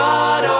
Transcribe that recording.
God